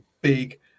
big